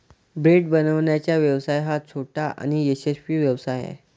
bread बनवण्याचा व्यवसाय हा छोटा आणि यशस्वी व्यवसाय आहे